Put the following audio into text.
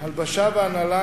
הלבשה והנעלה,